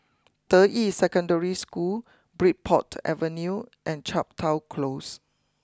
Deyi Secondary School Bridport Avenue and Chepstow close